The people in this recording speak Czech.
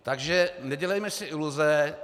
Takže nedělejme si iluze.